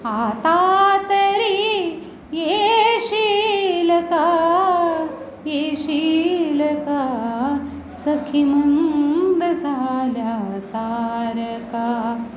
आता तरी येशील का येशील का सखी मंद झाल्या तारका